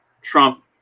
Trump